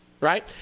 Right